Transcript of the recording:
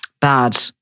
bad